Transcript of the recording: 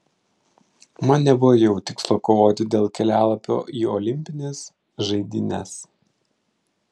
man nebuvo jau tikslo kovoti dėl kelialapio į olimpines žaidynes